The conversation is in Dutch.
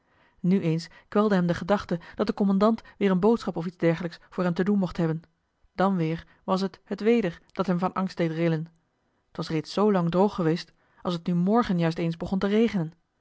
nu eens kwelde hem de gedachte dat de kommandant weer eene boodschap of iets dergelijks voor hem te doen mocht hebben dan weer was t het weder dat hem van angst deed rillen t was reeds zoo lang droog geweest als t nu morgen juist eens begon te regenen